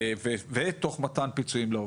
ותוך מתן פיצויים לעובדים.